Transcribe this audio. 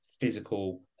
physical